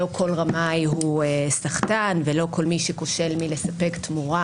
לא כל רמאי הוא סחטן ולא כל מי שכושל מלספק תמורה